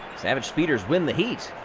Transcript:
savage speeders win the heat,